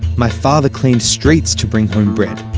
my father cleaned streets to bring home bread.